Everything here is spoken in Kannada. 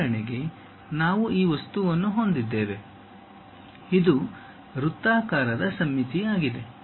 ಉದಾಹರಣೆಗೆ ನಾವು ಈ ವಸ್ತುವನ್ನು ಹೊಂದಿದ್ದೇವೆ ಇದು ವೃತ್ತಾಕಾರದ ಸಮ್ಮಿತೀಯವಾಗಿದೆ